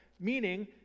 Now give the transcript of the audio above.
meaning